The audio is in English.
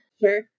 Sure